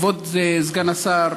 כבוד סגן השר,